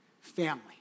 family